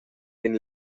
ein